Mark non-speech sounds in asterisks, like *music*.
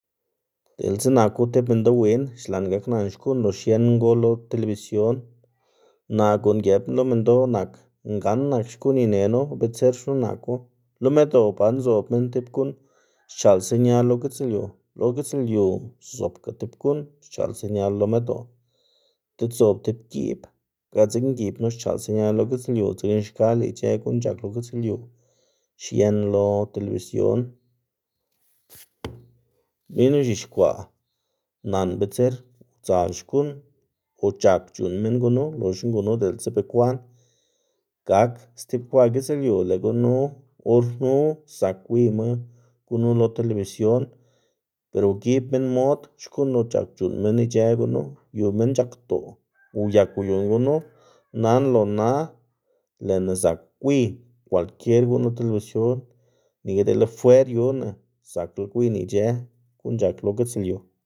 Diꞌltsa naku tib minndoꞌ win xlaꞌn gaknan xkuꞌn lo xien ngol lo televisión, naꞌ guꞌn gëpná lo minndoꞌ nak, ngan nak xkuꞌn inenu bitser xnu naku, lo medoꞌ ba nzoꞌb minn tib guꞌn xchaꞌl señal lo gitslyu, lo gitslyu zobga tib guꞌn xchaꞌl señal lo medoꞌ diꞌt zob tib giꞌb, ga dzekna giꞌb knu xchaꞌl señal lo gitslyu, dzekna xka lëꞌ ic̲h̲ë guꞌn c̲h̲ak lo gitslyu xien lo televisión, *noise* minn ux̱ixkwaꞌ nan bitser udzal xkuꞌn o c̲h̲ak c̲h̲uꞌnn minn gunu loxna gunu diꞌltsa bekwaꞌn gak stib kwaꞌ gitslyu lëꞌ gunu or knu zak gwiyma gunu lo televisión, ber ugib minn mod xkuꞌn lo c̲h̲ak c̲h̲uꞌnn minn ic̲h̲ë gunu yu minn c̲h̲akdoꞌ uyak uyuꞌnn gunu nana lo na lëꞌna zak gwiy kwalkier guꞌn lo telebsion nika dele fwer yuna zakla gwiyna ic̲h̲ë guꞌn c̲h̲ak lo gitslyu.